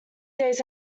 days